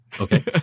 Okay